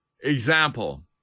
example